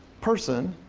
person,